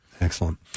Excellent